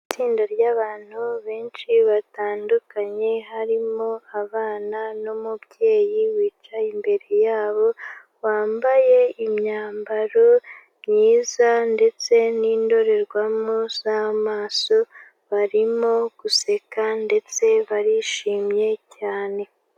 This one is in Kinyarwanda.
Itsinda ry'abantu benshi batandukanye, harimo abana n'umubyeyi wicaye imbere yabo, wambaye imyambaro myiza ndetse n'indorerwamo z'amaso, barimo guseka ndetse barishimye cyane.